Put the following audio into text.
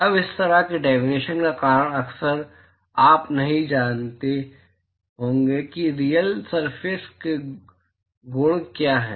अब इस तरह की डेफिनेशन का कारण अक्सर आप नहीं जानते होंगे कि रियल सरफेस के गुण क्या हैं